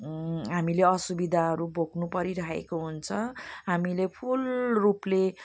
हामीले असुविधाहरू भोग्नु परिरहेको हुन्छ हामीले फुल रूपले